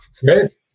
great